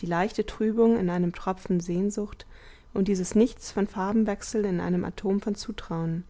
die leichte trübung in einem tropfen sehnsucht und dieses nichts von farbenwechsel in einem atom von zutrauen